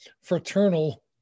fraternal